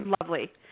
Lovely